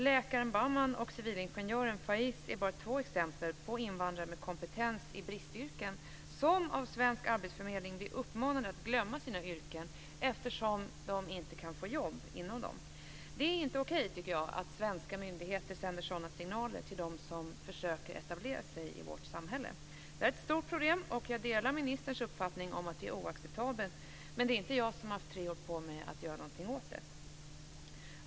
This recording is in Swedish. Läkaren Bahman och civilingenjören Faiz är bara två exempel på invandrare med kompetens i bristyrken som av svensk arbetsförmedling blir uppmanade att glömma sina yrken eftersom de inte kan få jobb inom dem. Det är inte okej, tycker jag, att svenska myndigheter sänder sådana signaler till dem som försöker etablera sig i vårt samhälle. Det här är ett stort problem, och jag delar ministerns uppfattning att det är oacceptabelt. Men det är inte jag som har haft tre år på mig att göra någonting åt det.